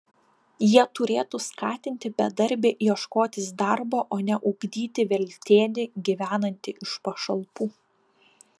jie turėtų skatinti bedarbį ieškotis darbo o ne ugdyti veltėdį gyvenantį iš pašalpų